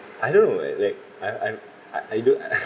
I don't know like I I I I don't